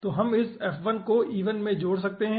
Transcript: तो हम इस fi को ei में जोड़ सकते हैं